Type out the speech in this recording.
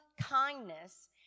kindness